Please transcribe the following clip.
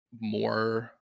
more